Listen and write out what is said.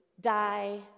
die